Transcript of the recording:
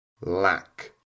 lack